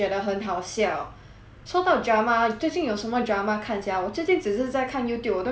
说到 drama 最近有什么 drama 看 sia 我最近只是在看 Youtube 我都没有什么 drama 可以看 liao sia